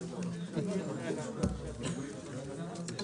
הישיבה ננעלה בשעה 15:12.